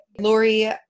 Lori